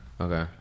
Okay